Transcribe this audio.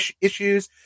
issues